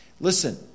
Listen